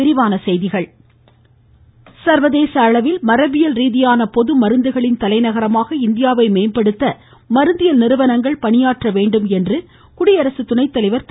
வெங்கையா நாயுடு சர்வதேச அளவில் மரபியல் ரீதியான பொதுமருந்துகளின் தலைநகரமாக இந்தியாவை மேம்படுத்த மருந்தியல் நிறுவனங்கள் பணியாற்ற வேண்டும் என்று குடியரசுத் துணை தலைவர் திரு